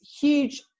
huge